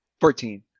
Fourteen